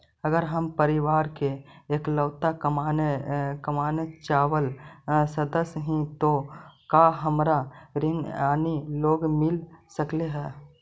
अगर हम परिवार के इकलौता कमाने चावल सदस्य ही तो का हमरा ऋण यानी लोन मिल सक हई?